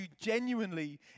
genuinely